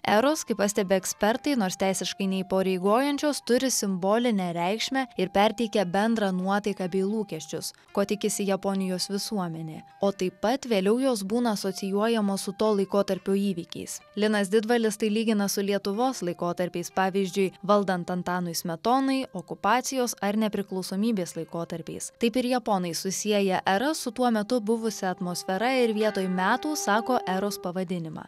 eros kaip pastebi ekspertai nors teisiškai neįpareigojančios turi simbolinę reikšmę ir perteikia bendrą nuotaiką bei lūkesčius ko tikisi japonijos visuomenė o taip pat vėliau jos būna asocijuojamos su to laikotarpio įvykiais linas didvalis tai lygina su lietuvos laikotarpiais pavyzdžiui valdant antanui smetonai okupacijos ar nepriklausomybės laikotarpiais taip ir japonai susieja eras su tuo metu buvusia atmosfera ir vietoj metų sako eros pavadinimą